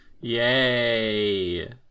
yay